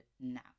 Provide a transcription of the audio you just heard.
now